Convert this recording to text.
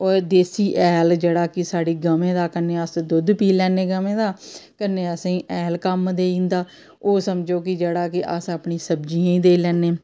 देसी ऐल जेह्ड़ा कि साढ़ी गमें दा कन्नै अस दुद्ध पी लैन्ने गमें दा कन्नै असें गी ऐल कम्म देई जंदा ओह् समझो कि जेह्ड़ा कि अस अपनियां सब्जियें गी देई लैन्ने